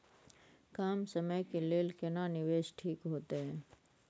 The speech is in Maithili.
कम समय के लेल केना निवेश ठीक होते?